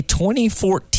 2014